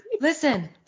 Listen